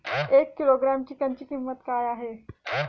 एक किलोग्रॅम चिकनची किंमत काय आहे?